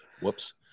Whoops